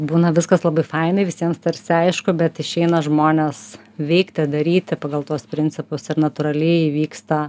būna viskas labai fainai visiems tarsi aišku bet išeina žmones veikti daryti pagal tuos principus ir natūraliai įvyksta